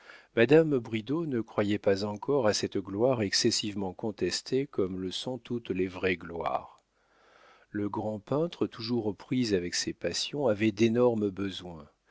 madame bridau ne croyait pas encore à cette gloire excessivement contestée comme le sont toutes les vraies gloires le grand peintre toujours aux prises avec ses passions avait d'énormes besoins